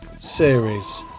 series